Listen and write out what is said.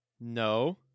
No